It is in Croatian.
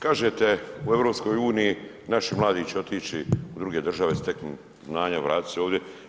Kažete u EU naši mladi će otići u druge države, steknuti znanja, vratiti se ovdje.